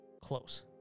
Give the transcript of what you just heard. close